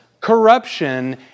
corruption